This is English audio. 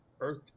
earth